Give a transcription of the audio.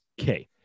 Okay